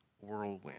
whirlwind